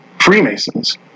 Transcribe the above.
Freemasons